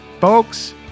Folks